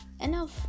enough